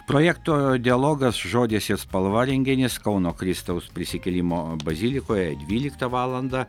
projekto dialogas žodis ir spalva renginys kauno kristaus prisikėlimo bazilikoje dvyliktą valandą